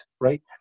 right